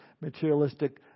materialistic